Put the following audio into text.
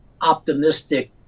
optimistic